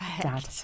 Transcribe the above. dad